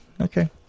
Okay